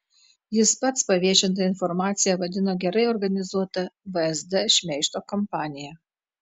jis pats paviešintą informaciją vadino gerai organizuota vsd šmeižto kampanija